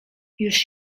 już